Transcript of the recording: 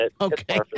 Okay